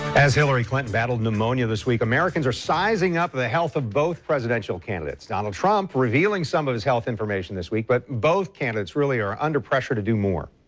as hillary clinton battled pneumonia this week, americans are sizing up the health of both presidential candidates. donald trump revealing some of his health information this week, but both candidates are under pressure to do more.